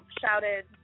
shouted